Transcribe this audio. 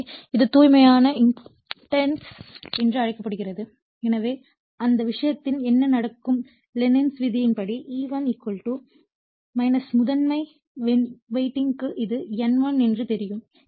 எனவே அது தூய்மையான இண்டக்டன்ஸ் என்று அழைக்கப்படும் எனவே அந்த விஷயத்தில் என்ன நடக்கும் லென்ஸின் விதியின்படி E1 முதன்மை வைண்டிங்க்கு இது N1 என்று தெரியும்